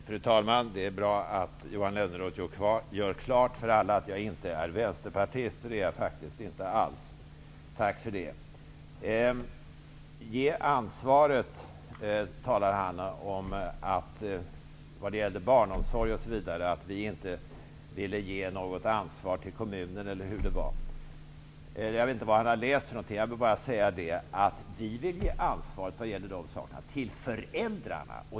Fru talman! Det är bra att Johan Lönnroth gör klart för alla att jag inte är vänsterpartist. Det är jag faktiskt inte alls. Tack för det. Johan Lönnroth säger att vi inte vill ge något ansvar till kommunerna i fråga om barnomsorgen -- eller hur det nu var. Jag vet inte vad Johan Lönnroth har läst för något. Vi vill ge ansvaret till föräldrarna.